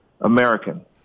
American